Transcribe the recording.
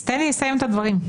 אז תן לי לסיים את הדברים.